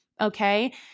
okay